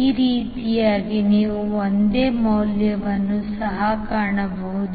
ಈ ರೀತಿಯಾಗಿ ನೀವು ಒಂದೇ ಮೌಲ್ಯವನ್ನು ಸಹ ಕಾಣಬಹುದು